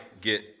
get